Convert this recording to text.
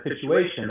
situation